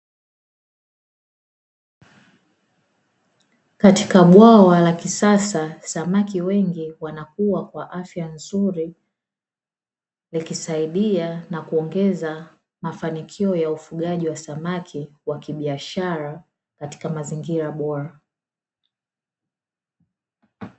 Katika bwawa la kisasa samaki wengi wanakua kwa afya nzuri, ikisaidia na kuongeza mafanikio ya ufugaji wa samaki wa kibiashara katika mazingira bora.